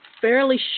fairly